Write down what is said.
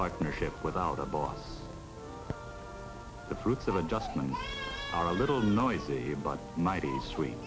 partnership without a boss the fruits of adjustment a little noisy but mighty sweet